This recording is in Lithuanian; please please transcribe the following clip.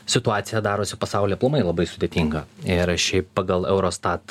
situacija darosi pasauly aplamai labai sudėtinga ir šiaip pagal eurostat